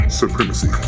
supremacy